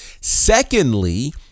Secondly